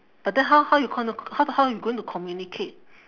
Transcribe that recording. but then how how you call no how to how you going to communicate